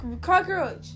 Cockroach